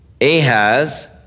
Ahaz